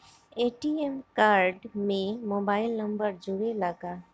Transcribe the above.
ATM card में mobile number जुरेला का?